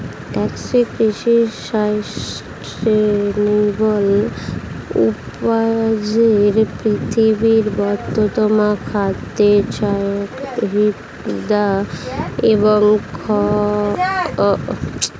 টেকসই কৃষি সাস্টেইনেবল উপায়ে পৃথিবীর বর্তমান খাদ্য চাহিদা এবং দরকার পূরণ করে